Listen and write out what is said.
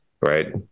right